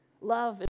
Love